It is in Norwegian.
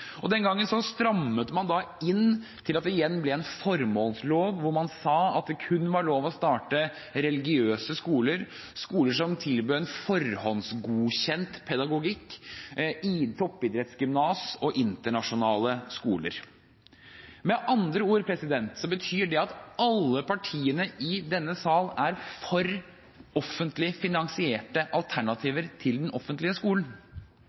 Folkeparti. Den gangen strammet man inn til at det igjen ble en formålslov, hvor man sa at det kun var lov å starte religiøse skoler og skoler som tilbød en forhåndsgodkjent pedagogikk, toppidrettsgymnas og internasjonale skoler. Med andre ord betyr det at alle partiene i denne sal er for offentlig finansierte alternativer til den offentlige skolen.